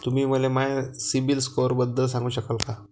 तुम्ही मले माया सीबील स्कोअरबद्दल सांगू शकाल का?